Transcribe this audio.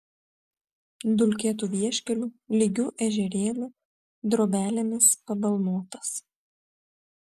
dulkėtu vieškeliu lygiu ežerėliu drobelėmis pabalnotas